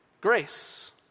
Grace